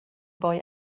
boy